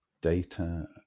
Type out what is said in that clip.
data